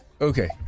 Okay